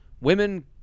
Women